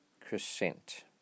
Crescent